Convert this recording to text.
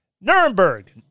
Nuremberg